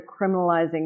criminalizing